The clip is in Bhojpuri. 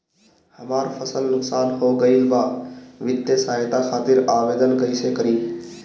हमार फसल नुकसान हो गईल बा वित्तिय सहायता खातिर आवेदन कइसे करी?